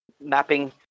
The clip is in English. mapping